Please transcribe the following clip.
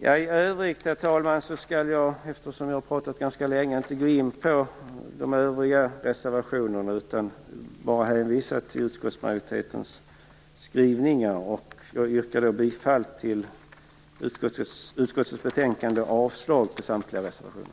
Herr talman! Eftersom jag har pratat ganska länge skall jag inte gå in på de övriga reservationerna. Jag hänvisar till utskottsmajoritetens skrivningar. Jag yrkar bifall till hemställan i utskottets betänkande och avslag på samtliga reservationer.